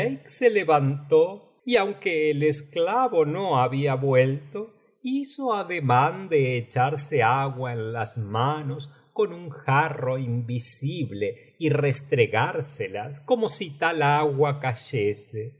se levantó y aunque el esclavo no había vuelto hizo ademán de echarse agua en las manos con un jarro invisible y restregárselas como si tal agua cayese